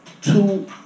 two